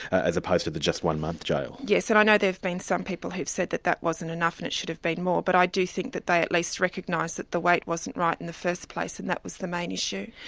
as opposed to the just one month's jail. yes, and i know there have been some people who've said that that wasn't enough and it should have been more, but i do think that they at least recognise that the weight wasn't right in the first place, and that was the main issue.